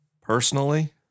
Personally